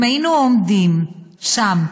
אם היינו עומדים שם,